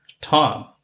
Tom